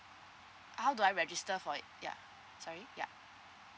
how do I register for it ya sorry ya